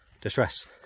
distress